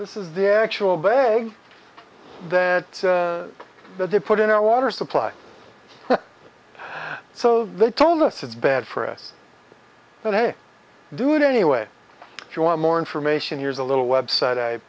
this is the actual bay that they put in our water supply so they told us it's bad for us but hey do it anyway you want more information here's a little website i